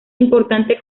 importante